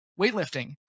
weightlifting